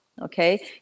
okay